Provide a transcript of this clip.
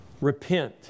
Repent